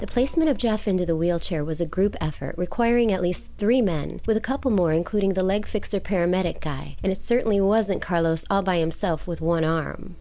the placement of jeff into the wheelchair was a group effort requiring at least three men with a couple more including the leg fixer paramedic guy and it certainly wasn't carlos all by himself with one arm